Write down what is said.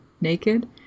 naked